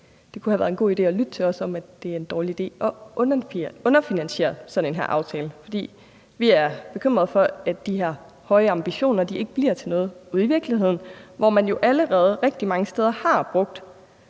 det kunne have været en god idé at lytte til os, i forhold til at det er en dårlig idé at underfinansiere sådan en aftale her. Vi er bekymrede for, at de her høje ambitioner ikke bliver til noget ude i virkeligheden, hvor man jo allerede rigtig mange steder har brugt